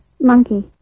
monkey